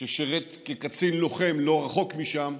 ששירת כקצין לוחם לא רחוק משם,